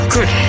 Good